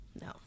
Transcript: No